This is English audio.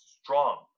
strong